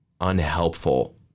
unhelpful